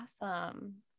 awesome